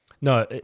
No